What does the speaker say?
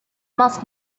must